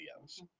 Yes